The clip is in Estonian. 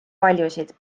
paljusid